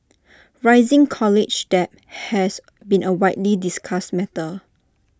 rising college debt has been A widely discussed matter